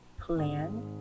plan